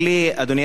אדוני היושב-ראש,